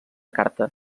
carta